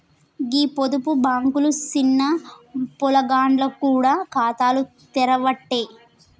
గీ పొదుపు బాంకులు సిన్న పొలగాండ్లకు గూడ ఖాతాలు తెరవ్వట్టే